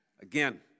Again